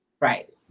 right